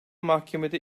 mahkemede